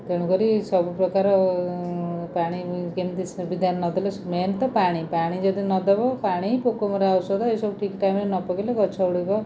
ତେଣୁ କରି ସବୁ ପ୍ରକାର ପାଣି କେମିତି ସୁବିଧା ନଦେଲେ ମେନ୍ ତ ପାଣି ପାଣି ଯଦି ନ ଦବ ପାଣି ପୋକମରା ଔଷଧ ଏସବୁ ଠିକ୍ ଟାଇମ୍ରେ ନ ପକାଇଲେ ଗଛ ଗୁଡ଼ିକ